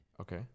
Okay